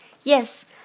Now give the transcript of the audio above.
Yes